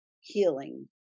healing